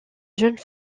jeune